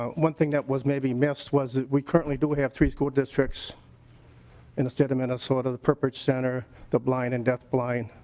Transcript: um one thing that was maybe missed was that we currently do have three school districts in the state of minnesota the purpose center the deaf and deaf blind